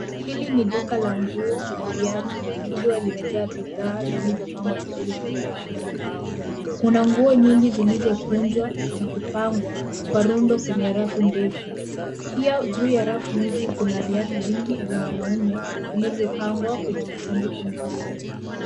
Hili ni duka la nguo na viatu, likiwa limejaa bidhaa zilizopangwa vizuri kwenye rafu za mbao. Kuna nguo nyingi zilizokunjwa na kupangwa kwa rundo kwenye rafu ndefu. Pia juu ya rafu izi kuna viatu vingi vya wanaume vilivyopangwa kwenye masanduku meusi.